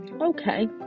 okay